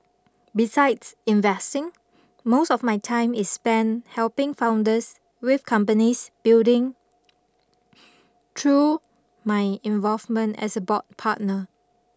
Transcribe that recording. besides investing most of my time is spent helping founders with companies building through my involvement as a board partner